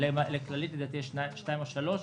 לכללית לדעתי יש שתיים או שלוש,